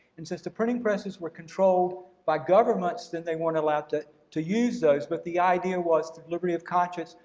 and since the printing presses were controlled by governments then they weren't allowed to to use those. but the idea was the liberty of conscience,